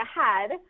ahead